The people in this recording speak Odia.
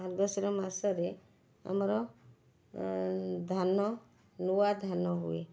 ମାର୍ଗଶିର ମାସରେ ଆମର ଧାନ ନୂଆ ଧାନ ହୁଏ